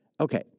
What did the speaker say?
Okay